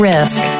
Risk